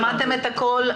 שמעתם את הכל.